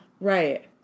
Right